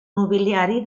nobiliari